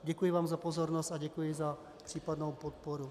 Děkuji vám za pozornost a děkuji za případnou podporu.